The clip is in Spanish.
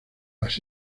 las